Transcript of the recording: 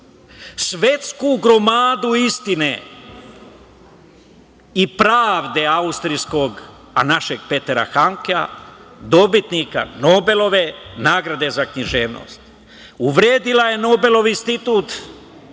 svetsku gromadu istine i pravde austrijskog, a našeg Petera Handkea, dobitnika Nobelove nagrade za književnost. Uvredila je Nobelov institut.